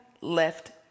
left